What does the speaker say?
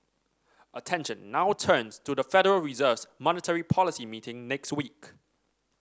attention now turns to the Federal Reserve's monetary policy meeting next week